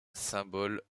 symbole